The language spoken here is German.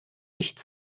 nicht